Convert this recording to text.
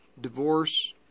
divorce